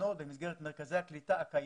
מוכנות במסגרת מרכזי הקליטה הקיימים.